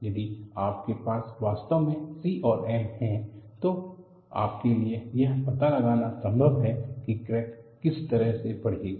यदि आपके पास वास्तव में C और m है तो आपके लिए यह पता लगाना संभव है कि क्रैक किस तरह से बढ़ेगी